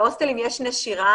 בהוסטלים יש נשירה,